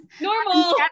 normal